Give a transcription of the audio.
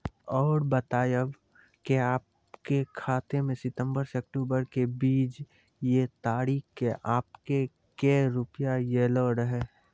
और बतायब के आपके खाते मे सितंबर से अक्टूबर के बीज ये तारीख के आपके के रुपिया येलो रहे?